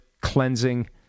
cleansing